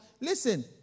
Listen